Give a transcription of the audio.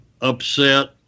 upset